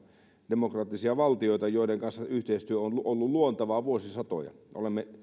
demokraattisia valtioita joiden kanssa yhteistyö on ollut luontevaa vuosisatoja olemme